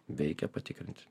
veikia patikrinti